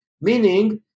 Meaning